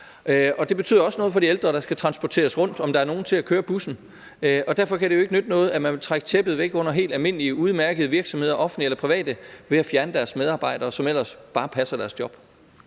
Det betyder også noget for de ældre, der skal transporteres rundt, at der er nogen til at køre bussen. Og derfor kan det jo ikke nytte noget, at man vil trække tæppet væk under helt almindelige udmærkede virksomheder, offentlige eller private, ved at fjerne deres medarbejdere, som ellers bare passer deres job.